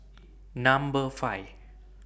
Number five